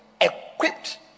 equipped